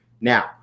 Now